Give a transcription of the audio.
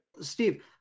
Steve